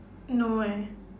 no eh